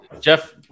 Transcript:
Jeff